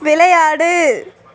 விளையாடு